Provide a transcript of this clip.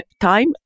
time